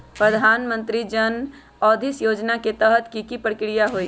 प्रधानमंत्री जन औषधि योजना के तहत की की प्रक्रिया होई?